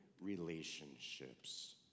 relationships